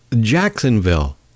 Jacksonville